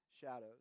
shadows